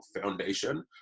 foundation